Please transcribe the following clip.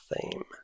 theme